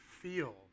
feel